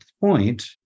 point